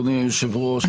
אדוני היושב-ראש,